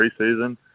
preseason